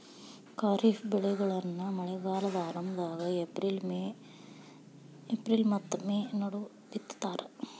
ಖಾರಿಫ್ ಬೆಳೆಗಳನ್ನ ಮಳೆಗಾಲದ ಆರಂಭದಾಗ ಏಪ್ರಿಲ್ ಮತ್ತ ಮೇ ನಡುವ ಬಿತ್ತತಾರ